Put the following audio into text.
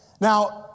Now